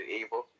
evil